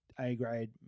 A-grade